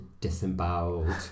disemboweled